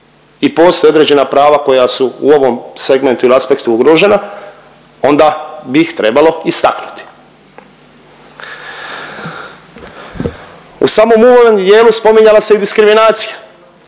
i postoje određena prava koja su u ovom segmentu ili aspektu ugrožena onda bi ih trebalo istaknuti. U samom uvodnom dijelu spominjala se i diskriminacija,